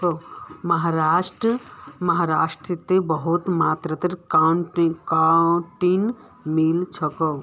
महाराष्ट्रत बहुत मात्रात कॉटन मिल छेक